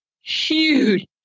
huge